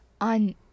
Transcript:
on